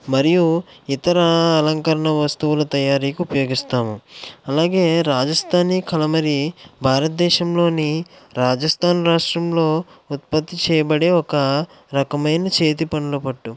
మరియు ఇతర అలంకరణ వస్తువుల తయారీకి ఉపయోగిస్తాము అలాగే రాజస్థానీ కలమరి భారత దేశంలోని రాజస్థాన్ రాష్ట్రంలో ఉత్పత్తి చేయబడే ఒక రకమైన చేతి పనుల పట్టు